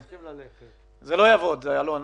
זה לא יעבוד, אלון.